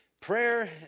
Prayer